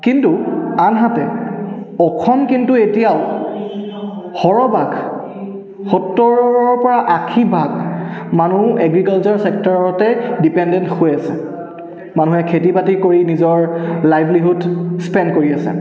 কিন্তু আনহাতে অসম কিন্তু এতিয়াও সৰহভাগ সত্তৰৰ পৰা আশীভাগ মানুহ এগ্ৰিকালচাৰ ছেক্টৰতে ডিপেণ্ডেণ্ট হৈ আছে মানুহে খেতি বাতি কৰি নিজৰ লাইভলিহুড স্পেণ্ড কৰি আছে